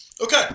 Okay